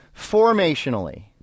formationally